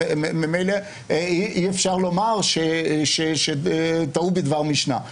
ממילא אי-אפשר לומר שטעו בדבר משנה.